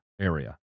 area